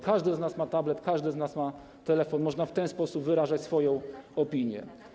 Każde z nas ma tablet, każde z nas ma telefon, można w ten sposób wyrażać swoją opinię.